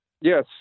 yes